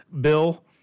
bill